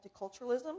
multiculturalism